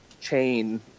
chain